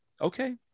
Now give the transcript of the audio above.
Okay